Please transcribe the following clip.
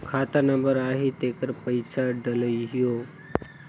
खाता नंबर आही तेकर पइसा डलहीओ?